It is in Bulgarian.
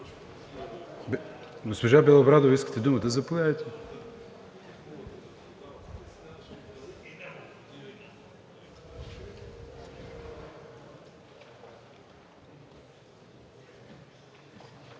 Госпожо Белобрадова, искате думата – заповядайте.